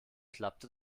klappte